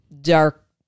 dark